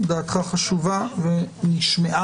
דעתך חשוב ה ונשמעה.